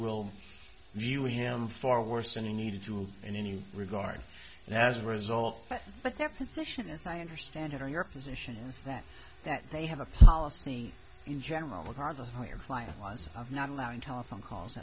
will view him far worse than he needed to in any regard and as a result but their position as i understand it or your position that that they have a policy in general what are the higher client was not allowed in telephone calls